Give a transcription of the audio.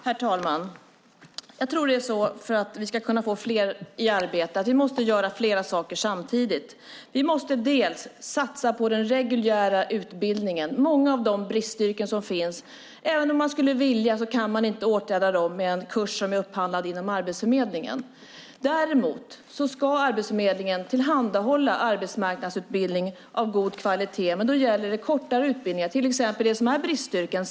Herr talman! Jag tror att vi, för att vi ska kunna få fler i arbete, måste göra flera saker samtidigt. Vi måste bland annat satsa på den reguljära utbildningen. När det gäller många av de bristyrken som finns kan man inte, även om man skulle vilja, åtgärda det här med en kurs som är upphandlad inom Arbetsförmedlingen. Däremot ska Arbetsförmedlingen tillhandahålla arbetsmarknadsutbildning av god kvalitet, men då gäller det kortare utbildningar, till exempel när det gäller det som är bristyrken.